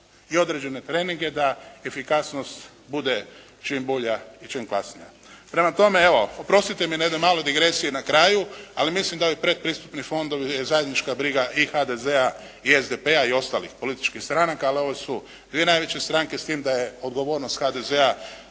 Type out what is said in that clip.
i određene treninge da efikasnost bude čim bolja i čim klasnija. Prema tome evo, oprostite mi na jednoj maloj digresiji na kraju, ali mislim da su predpristupni fondovi zajednička briga i HDZ-a i SDP- i ostalih političkih stranaka, ali ove su dvije najveće stranke s tim da je odgovornost HDZ-a